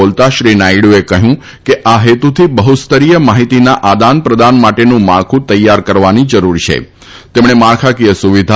બોલતા શ્રી નાયડુએ કહ્યું કે આ હેતુથી બફસ્તરીય માહિતીના આદાનપ્રદાન માટેનું માળખુ તૈયાર કરવાની તેમણે માળખાકીય સુવિધા